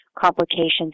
complications